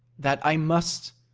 that i must!